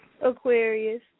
Aquarius